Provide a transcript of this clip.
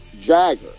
Jagger